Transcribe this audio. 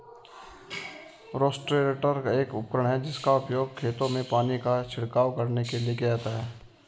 rotator एक उपकरण है जिसका उपयोग खेतों में पानी का छिड़काव करने के लिए किया जाता है